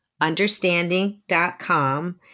understanding.com